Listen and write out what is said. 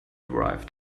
arrived